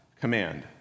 command